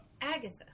Agatha